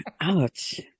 ouch